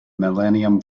millennium